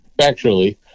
factually